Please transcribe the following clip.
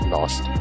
Lost